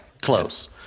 Close